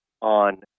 on